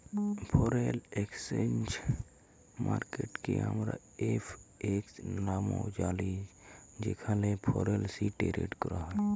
foreign exchange মার্কেটকে আমরা FX লামেও জালি যেখালে ফরেলসি টেরেড ক্যরা হ্যয়